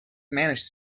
managed